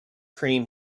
cream